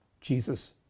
Jesus